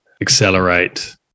accelerate